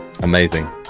amazing